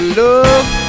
love